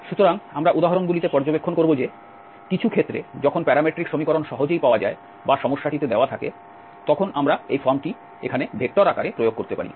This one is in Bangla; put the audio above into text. সুতরাং আমরা উদাহরণগুলিতে পর্যবেক্ষণ করব যে কিছু ক্ষেত্রে যখন প্যারামেট্রিক সমীকরণ সহজেই পাওয়া যায় বা সমস্যাটিতে দেওয়া থাকে তখন আমরা এই ফর্মটি এখানে ভেক্টর আকারে প্রয়োগ করতে পারি